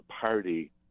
party